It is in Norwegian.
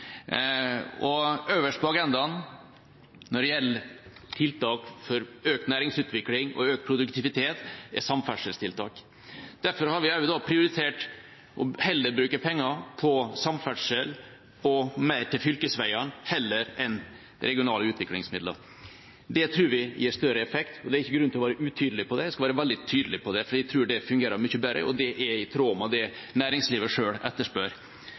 og øverst på agendaen når det gjelder tiltak for økt næringsutvikling og økt produktivitet, er samferdselstiltak. Derfor har vi heller prioritert å bruke penger til samferdsel og til mer fylkesveier enn til regionale utviklingsmidler. Det tror vi gir større effekt. Det er ikke grunn til å være utydelig – jeg skal være veldig tydelig på det – for jeg tror det fungerer mye bedre, og det er i tråd med det næringslivet selv etterspør.